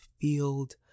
field